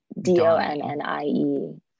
d-o-n-n-i-e